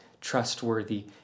trustworthy